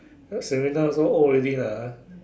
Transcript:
uh Serena also old already lah